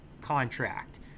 contract